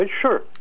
Sure